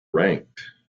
ranked